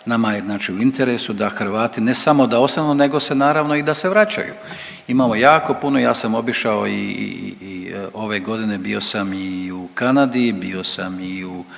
Nama je znači u interesu da Hrvati ne samo da ostanu, nego se naravno i da se vraćaju. Imamo jako puno, ja sam obišao i ove godine bio sam i u Kanadi, bio sam i u